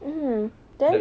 mm then